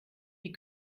die